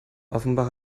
offenbar